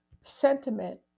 sentiment